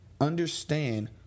Understand